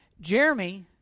Jeremy